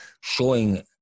showing